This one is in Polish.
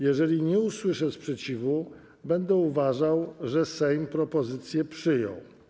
Jeżeli nie usłyszę sprzeciwu, będę uważał, że Sejm propozycję przyjął.